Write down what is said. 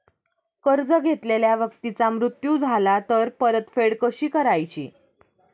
कर्ज घेतलेल्या व्यक्तीचा मृत्यू झाला तर परतफेड कशी करायची?